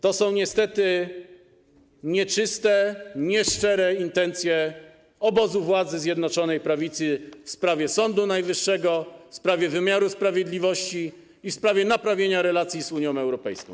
To są niestety nieczyste, nieszczere intencje obozu władzy Zjednoczonej Prawicy w sprawie Sądu Najwyższego, w sprawie wymiaru sprawiedliwości i w sprawie naprawienia relacji z Unią Europejską.